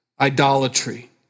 idolatry